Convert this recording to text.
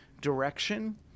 direction